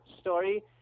story